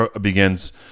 begins